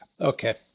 Okay